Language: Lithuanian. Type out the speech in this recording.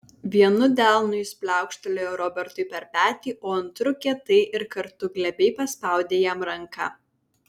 vienu delnu jis pliaukštelėjo robertui per petį o antru kietai ir kartu glebiai paspaudė jam ranką